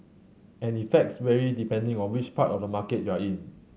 and effects vary depending on which part of the market you're in